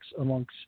amongst